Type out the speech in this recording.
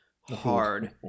hard